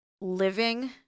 living